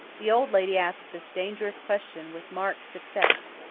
the old lady asked this dangerous question with marked success.